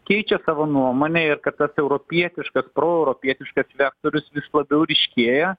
keičia savo nuomonę ir kad tas europietiškas proeuropietiškas vektorius vis labiau ryškėja